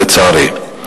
לצערי.